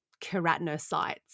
keratinocytes